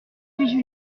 suis